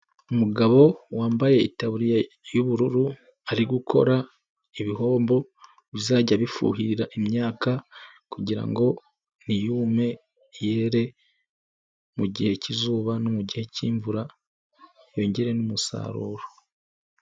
Umugabo wambaye itaburiya y'ubururu ari gukora ibihombo bizajya bifuhirira imyaka, kugira ngo ntiyume yere mu gihe cy'izuba no mu gihe cy'imvura yongere n'umusaruro.